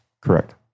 correct